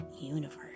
universe